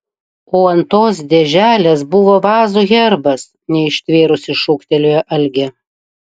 o ant tos dėželės buvo vazų herbas neištvėrusi šūktelėjo algė